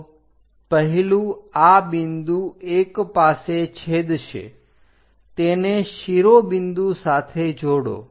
તો પહેલું આ બિંદુ 1 પાસે છેદશે તેને શિરોબિંદુ સાથે જોડો